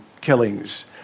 killings